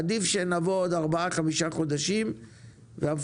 עדיף שנבוא בעוד ארבעה חמישה חודשים והמפקח